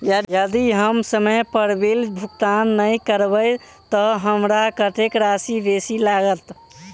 यदि हम समय पर बिल भुगतान नै करबै तऽ हमरा कत्तेक राशि बेसी लागत?